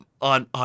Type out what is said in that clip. on